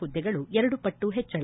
ಹುದ್ದೆಗಳು ಎರಡು ಪಟ್ಟು ಹೆಚ್ಚಳ